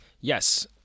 Yes